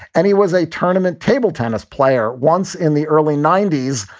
and he was a tournament table tennis player once in the early ninety s.